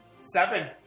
Seven